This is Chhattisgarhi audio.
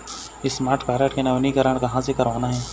स्मार्ट कारड के नवीनीकरण कहां से करवाना हे?